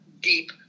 deep